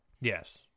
yes